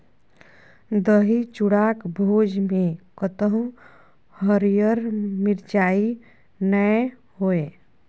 दही चूड़ाक भोजमे कतहु हरियर मिरचाइ नै होए